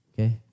okay